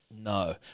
No